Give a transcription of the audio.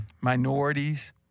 minorities